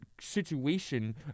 situation